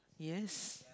yes